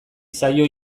zaio